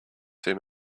him